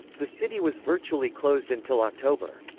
the city was virtually closed until october.